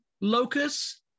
locus